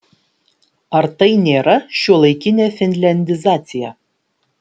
ar tai nėra šiuolaikinė finliandizacija